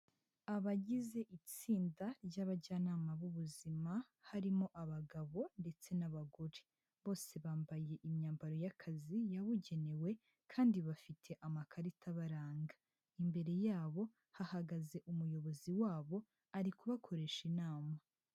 Abagize itsinda ry'abajyanama b'ubuzima harimo abagabo ndetse n'abagore, bose bambaye imyambaro y'akazi yabugenewe kandi bafite amakarita abaranga, imbere yabo hahagaze umuyobozi wabo ari kubakoresha inama.